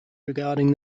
regarding